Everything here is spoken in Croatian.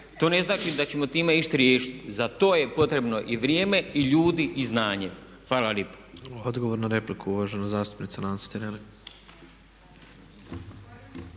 To ne znači da ćemo time išta riješiti. Za to je potrebno i vrijeme i ljudi i znanje. Hvala lijepo. **Tepeš, Ivan (HSP AS)** Odgovor na repliku, uvažena zastupnica Nansi Tireli.